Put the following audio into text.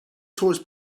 tourists